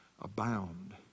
abound